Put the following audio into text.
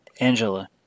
angela